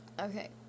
Okay